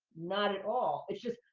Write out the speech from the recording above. not at all. it's just,